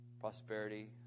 prosperity